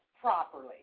properly